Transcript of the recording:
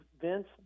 Vince